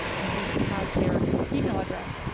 and facebook has their email address.